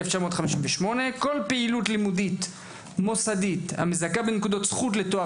כל פעילות לימודית מוסדית המזכה בנקודות זכות לתואר